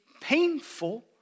painful